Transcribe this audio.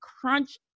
crunch